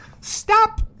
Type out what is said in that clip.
stop